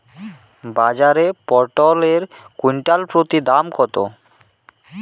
বাজারে পটল এর কুইন্টাল প্রতি দাম কত?